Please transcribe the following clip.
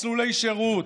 מסלולי שירות,